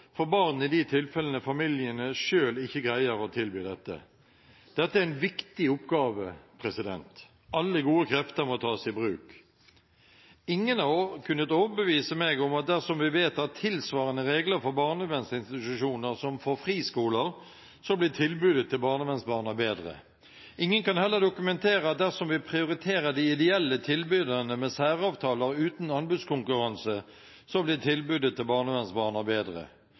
for barn i de tilfellene hvor familiene selv ikke greier å tilby dette. Dette er en viktig oppgave. Alle gode krefter må tas i bruk. Ingen har kunnet overbevise meg om at dersom vi vedtar tilsvarende regler for barnevernsinstitusjoner som for friskoler, så blir tilbudet til barnevernsbarna bedre. Ingen kan heller dokumentere at dersom vi prioriterer de ideelle tilbyderne med særavtaler uten anbudskonkurranse, så blir tilbudet til barnevernsbarna bedre.